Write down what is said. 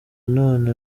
none